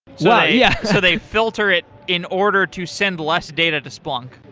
yeah yeah so they filter it in order to send less data to splunk.